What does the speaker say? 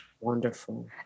Wonderful